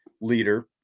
leader